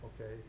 okay